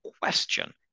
question